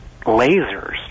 lasers